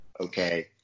okay